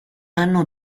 anno